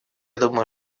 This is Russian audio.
думаю